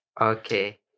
Okay